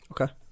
Okay